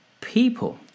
people